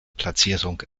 platzierung